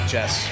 Jess